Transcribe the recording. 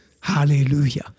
Hallelujah